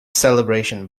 celebration